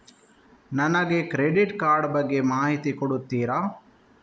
ನನಗೆ credit card ಬಗ್ಗೆ ಮಾಹಿತಿ ಕೊಡುತ್ತೀರಾ?